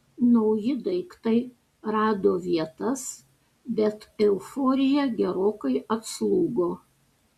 nauji daiktai rado vietas bet euforija gerokai atslūgo